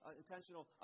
intentional